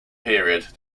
period